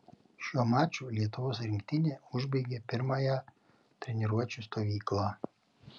šiuo maču lietuvos rinktinė užbaigė pirmąją treniruočių stovyklą